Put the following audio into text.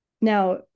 Now